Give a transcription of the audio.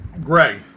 Greg